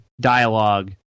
dialogue